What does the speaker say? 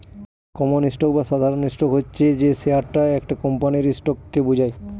common stock বা সাধারণ stock হচ্ছে যে শেয়ারটা একটা কোম্পানির স্টককে বোঝায়